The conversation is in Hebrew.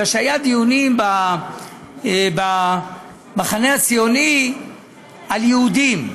בגלל שהיו דיונים במחנה הציוני על יהודים,